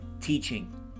teaching